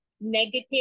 negative